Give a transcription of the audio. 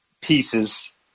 pieces